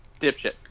dipshit